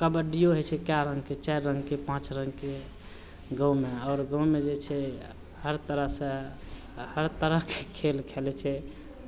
कबड्डिओ होइ छै कए रङ्गके चारि रङ्गके पाँच रङ्गके गाँवमे आओर गाँवमे जे छै हर तरहसँ आ हर तरहके खेल खेलै छै